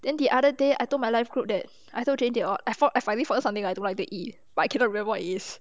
then the other day I told my life group that I told jean they all I found I finally found something I don't like the eat but I cannot remember what it is